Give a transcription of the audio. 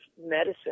medicine